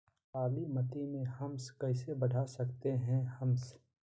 कालीमती में हमस कैसे बढ़ा सकते हैं हमस?